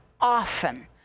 often